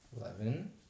Eleven